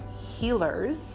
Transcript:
healers